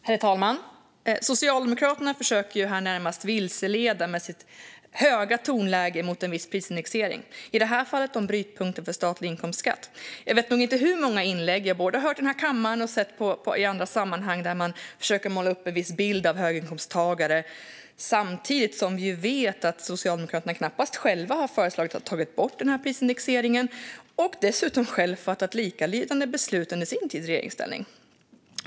Herr talman! Socialdemokraterna försöker här närmast vilseleda med sitt höga tonläge mot en viss prisindexering, i det här fallet brytpunkten för statlig inkomstskatt. Jag vet inte hur många inlägg jag hört i denna kammare och sett i andra sammanhang där man försöker måla upp en viss bild av höginkomsttagare, samtidigt som vi vet att Socialdemokraterna knappast själva har föreslagit att ta bort denna prisindexering. Dessutom har de själva fattat likalydande beslut under sin tid i regeringsställning.